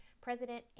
President